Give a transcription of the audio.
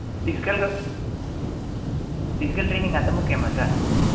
ఫిజికల్గా physical training అంత ముఖ్యమా సార్